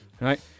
right